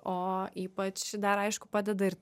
o ypač dar aišku padeda ir